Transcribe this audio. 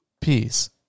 peace